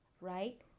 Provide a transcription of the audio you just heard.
right